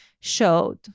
showed